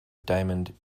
diamond